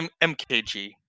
MKG